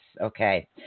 Okay